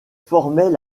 formaient